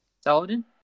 Saladin